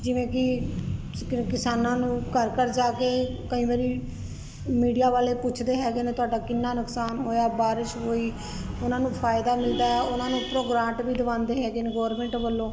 ਜਿਵੇਂ ਕਿ ਕਿਸਾਨਾਂ ਨੂੰ ਘਰ ਘਰ ਜਾ ਕੇ ਕਈ ਵਾਰੀ ਮੀਡੀਆ ਵਾਲੇ ਪੁੱਛਦੇ ਹੈਗੇ ਨੇ ਤੁਹਾਡਾ ਕਿੰਨਾ ਨੁਕਸਾਨ ਹੋਇਆ ਬਾਰਿਸ਼ ਹੋਈ ਉਹਨਾਂ ਨੂੰ ਫਾਇਦਾ ਮਿਲਦਾ ਉਹਨਾਂ ਨੂੰ ਉਪਰੋ ਗ੍ਰਾਂਟ ਵੀ ਦਵਾਉਂਦੇ ਹੈਗੇ ਗੋਰਮਿੰਟ ਵੱਲੋਂ